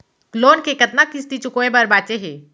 Loan के कतना किस्ती चुकाए बर बांचे हे?